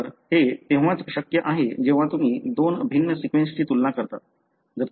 तर हे तेव्हाच शक्य आहे जेव्हा तुम्ही दोन भिन्न सीक्वेन्सची तुलना करता